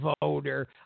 voter